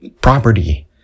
property